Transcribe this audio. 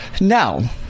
Now